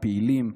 הפעילים,